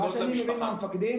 כמו שאני מבין מהמפקדים,